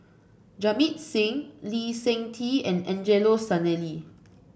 Jamit Singh Lee Seng Tee and Angelo Sanelli